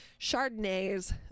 Chardonnays